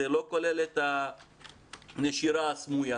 זה לא כולל את הנשירה הסמויה